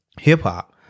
hip-hop